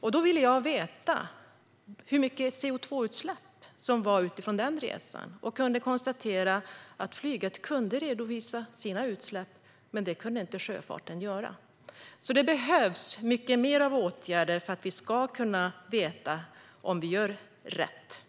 Jag ville veta hur mycket CO2-utsläpp det var från den resan. Jag kunde konstatera att flyget kunde redovisa sina utsläpp, men det kunde inte sjöfarten göra. Det behövs mycket mer av åtgärder för att vi ska kunna veta om vi gör rätt.